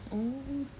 oh